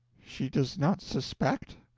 she does not suspect?